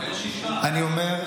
אני אומר,